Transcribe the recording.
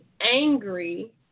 angry